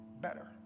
better